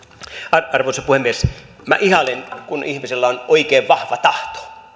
arvoisa puhemies minä ihailen kun ihmisellä on oikein vahva tahto